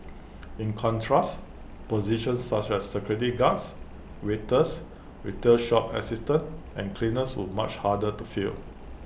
in contrast positions such as security guards waiters retail shop assistants and cleaners were much harder to fill